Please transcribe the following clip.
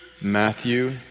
Matthew